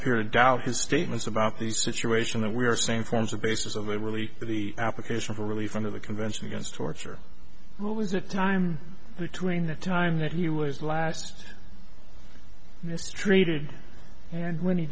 appear to doubt his statements about the situation that we are saying forms the basis of it really the application for relief under the convention against torture what was the time between the time that he was last mistreated and when he